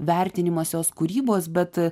vertinimas jos kūrybos bet e